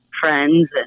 friends